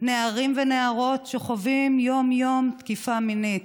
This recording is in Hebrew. נערים ונערות שחווים יום-יום תקיפה מינית.